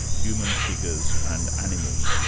human figures and animals.